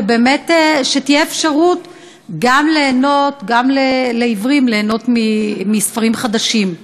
ובאמת שתהיה אפשרות גם לעיוורים ליהנות מספרים חדשים.